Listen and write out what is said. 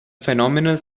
phenomenal